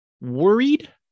worried